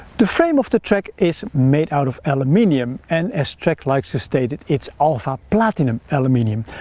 the frame of the trek is made out of aluminium and as trek likes to state its alpha platinum aluminium.